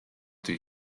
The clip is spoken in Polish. tej